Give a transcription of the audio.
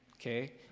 okay